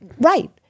Right